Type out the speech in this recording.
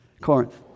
Corinth